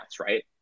right